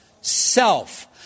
Self